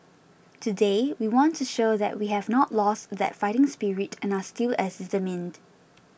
today we want to show that we have not lost that fighting spirit and are still as determined